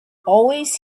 always